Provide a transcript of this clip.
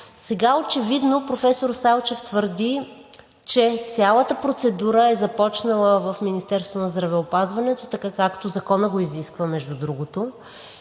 Сега очевидно професор Салчев твърди, че цялата процедура е започнала в Министерството на здравеопазването, така както Законът го изисква, между другото,